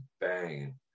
bang